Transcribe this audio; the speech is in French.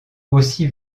aussi